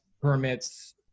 permits